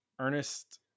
Ernest